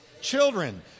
Children